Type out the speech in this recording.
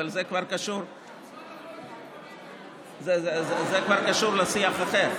אבל זה כבר קשור --- אתה מוזמן לבוא איתי --- זה כבר קשור לשיח אחר,